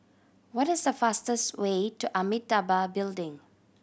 what is the fastest way to Amitabha Building